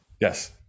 Yes